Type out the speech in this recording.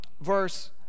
verse